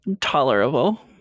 tolerable